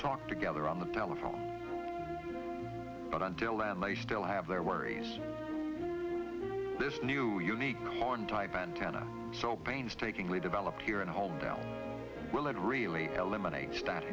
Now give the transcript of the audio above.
talk together on the telephone but until and they still have their worries this new unique type antenna so painstakingly developed here and home down will it really eliminate that